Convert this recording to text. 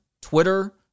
Twitter